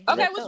Okay